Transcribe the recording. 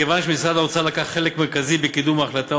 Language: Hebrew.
מכיוון שמשרד האוצר לקח חלק מרכזי בקידום ההחלטה